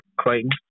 Clayton